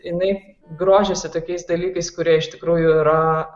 jinai grožisi tokiais dalykais kurie iš tikrųjų yra